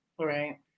Right